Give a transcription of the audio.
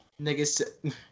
nigga